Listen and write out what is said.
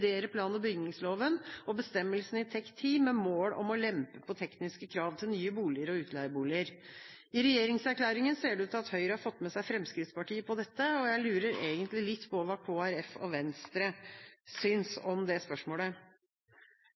revidere plan- og bygningsloven og bestemmelsene i TEK 10, med mål om å lempe på tekniske krav til nye boliger og utleieboliger. I regjeringserklæringa ser det ut til at Høyre har fått med seg Fremskrittspartiet på dette. Jeg lurer egentlig litt på hva Kristelig Folkeparti og Venstre synes om det spørsmålet.